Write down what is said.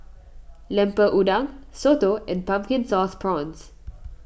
Lemper Udang Soto and Pumpkin Sauce Prawns